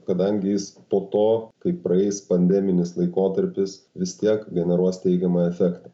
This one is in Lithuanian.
kadangi jis po to kai praeis pandeminis laikotarpis vis tiek generuos teigiamą efektą